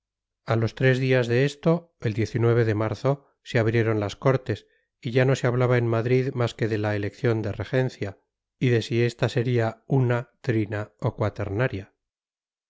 a los tres días de esto el de marzo se abrieron las cortes y ya no se hablaba en madrid más que de la elección de regencia y de si esta sería una trina o cuaternaria